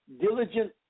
diligent